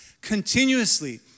continuously